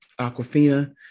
Aquafina